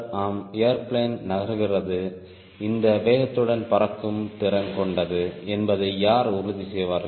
ஆம் ஏர்பிளேன் நகர்கிறது இந்த வேகத்துடன் பறக்கும் திறன் கொண்டது என்பதை யார் உறுதி செய்வார்கள்